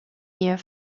near